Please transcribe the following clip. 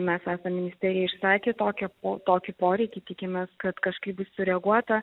mes esam ministerijai išsakę tokią tokį poreikį tikimės kad kažkaip bus sureaguota